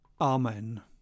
Amen